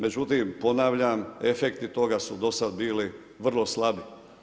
Međutim, ponavljam, efekti toga su do sada bili vrlo slabi.